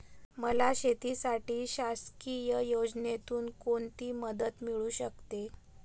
मला शेतीसाठी शासकीय योजनेतून कोणतीमदत मिळू शकते?